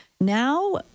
Now